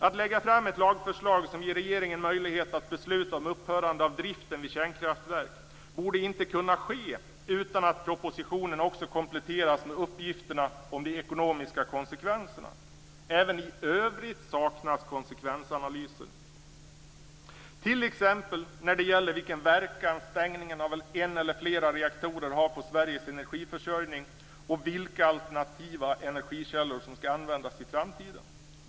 Att lägga fram ett lagförslag som ger regeringen möjlighet att besluta om upphörande av driften vid kärnkraftverk borde inte kunna ske utan att propositionen också kompletteras med uppgifter om de ekonomiska konsekvenserna. Även i övrigt saknas konsekvensanalyser, t.ex. när det gäller vilken verkan stängningen av en eller flera reaktorer har på Sveriges energiförsörjning och vilka alternativa energikällor som skall användas i framtiden.